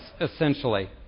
essentially